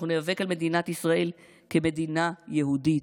אנחנו ניאבק על מדינת ישראל כמדינה יהודית,